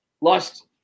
lost